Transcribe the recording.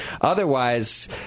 Otherwise